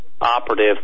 operative